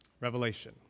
Revelation